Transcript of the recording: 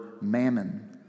mammon